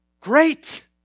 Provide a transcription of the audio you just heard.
Great